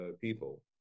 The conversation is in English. people